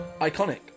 iconic